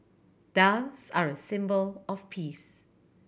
doves are a symbol of peace